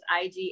IG